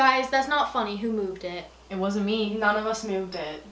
guys that's not funny who did it it wasn't me none of us knew th